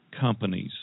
companies